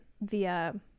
via